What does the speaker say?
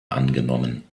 angenommen